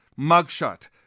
mugshot